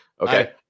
okay